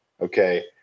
Okay